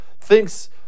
thinks